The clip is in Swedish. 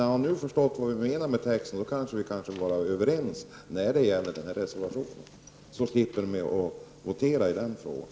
När han nu förstår vad jag menar, kanske vi kunde vara överens om den reservationen, så slipper vi att votera i den frågan.